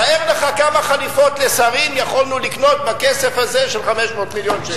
תאר לך כמה חליפות לשרים יכולנו לקנות בכסף הזה של 500 מיליון שקל.